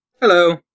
Hello